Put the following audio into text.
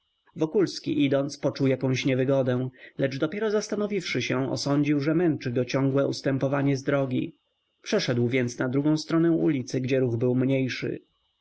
zawód wokulski idąc poczuł jakąś niewygodę lecz dopiero zastanowiwszy się osądził że męczy go ciągłe ustępowanie z drogi przeszedł więc na drugą stronę ulicy gdzie ruch był mniejszy